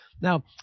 Now